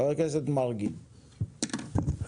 חבר הכנסת מרגי, בבקשה.